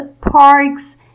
parks